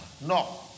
No